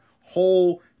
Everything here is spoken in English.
whole